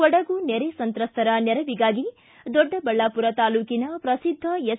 ಕೊಡಗು ನೆರೆ ಸಂತ್ರಸ್ತರ ನೆರವಿಗಾಗಿ ದೊಡ್ಡಬಳ್ಳಾಪುರ ತಾಲ್ಲೂಕಿನ ಪ್ರಸಿದ್ದ ಎಸ್